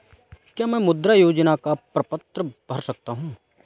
क्या मैं मुद्रा योजना का प्रपत्र भर सकता हूँ?